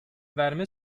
verme